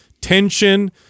tension